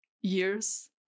years